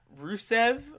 Rusev